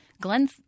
Glenn –